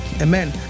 Amen